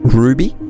ruby